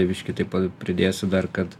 biški taip pa pridėsiu dar kad